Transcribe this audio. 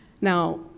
Now